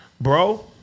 Bro